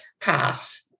pass